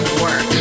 work